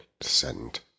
sent